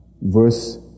verse